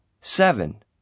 Seven